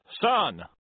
son